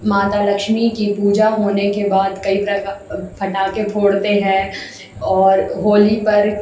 माता लक्ष्मी की पूजा होने के बाद कई प्रकार पटाखे फोड़ते हैं और होली पर